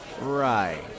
Right